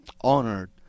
honored